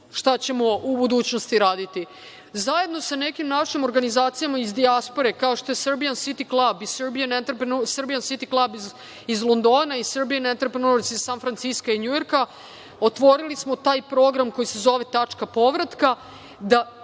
šta ćemo u budućnosti raditi. Zajedno sa nekim našim organizacijama iz dijaspore, kao što je „Serbian City Club“ iz Londona, i „Serbian Entrepreneurs“ iz San Franciska i Njujorka, otvorili smo taj program koji se zove „Tačka povratka“ da